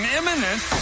imminent